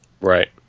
Right